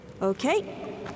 Okay